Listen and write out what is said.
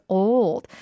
old